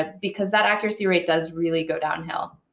ah because that accuracy rate does really go downhill.